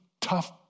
tough